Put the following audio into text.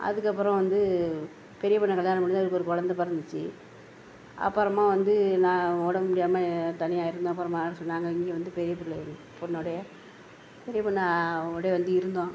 அதுக்கப்புறம் வந்து பெரிய பொண்ணை கல்யாணம் பண்ணி தான் அதுக்கு ஒரு குழந்த பிறந்துச்சி அப்புறமா வந்து நான் உடம்பு முடியாமல் தனியாக இருந்தேன் அப்புறமா மகள் சொன்னாங்க இங்கே வந்து பெரிய பிள்ளை இருக் பொண்ணோடையே பெரிய பொண்ணை அவர்களோடே வந்து இருந்தோம்